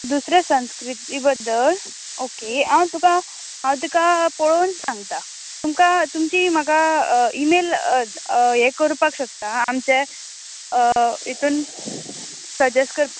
दुसरे संस्कृती बद्दल ओके हांव तुका हांव तुका पळोवन सांगता तुमका तुमची म्हाका इमेल हे करपाक शकता आमचे हितून सजेस्ट कर